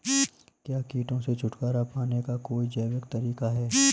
क्या कीटों से छुटकारा पाने का कोई जैविक तरीका है?